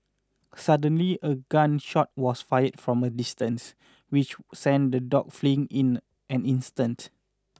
suddenly a gun shot was fired from a distance which sent the dogs fleeing in an instant